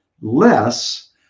less